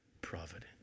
providence